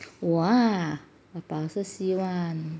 !wah! 我吧是希望